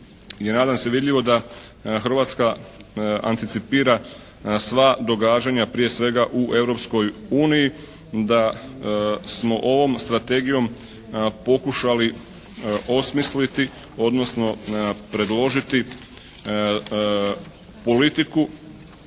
je nadam se vidljivo da Hrvatska anticipira na sva događanja prije svega u Europskoj uniji, da smo ovom Strategijom pokušali osmisliti, odnosno predložiti politiku